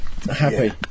Happy